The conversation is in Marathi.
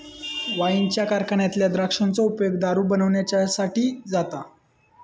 वाईनच्या कारखान्यातल्या द्राक्षांचो उपयोग दारू बनवच्यासाठी जाता